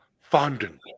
fondant